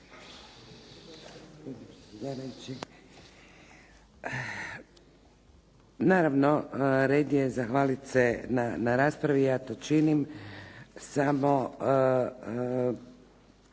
Naravno red je zahvaliti se na raspravi. Ja to činim. Samo